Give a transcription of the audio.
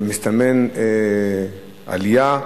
מסתמנת עלייה,